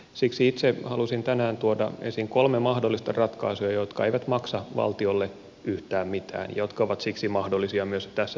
siksi itse halusin tänään tuoda esiin kolme mahdollista ratkaisua jotka eivät maksa valtiolle yhtään mitään ja jotka ovat siksi mahdollisia myös tässä taloudellisessa tilanteessa